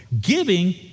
Giving